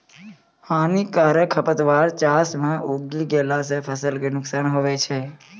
हानिकारक खरपतवार चास मॅ उगी गेला सा फसल कॅ बहुत नुकसान होय छै